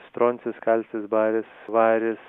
stroncis kalcis baris varis